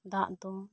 ᱫᱟᱜ ᱫᱚ